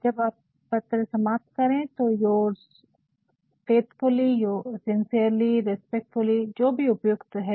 तो जब आप पत्र समाप्त कर तो लिखे योर्स फैथ्फुली सिनसेरेली रेस्पेक्टफुल्ली जो भी उपयुक्त है